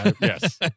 Yes